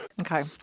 Okay